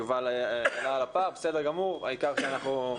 אני רוצה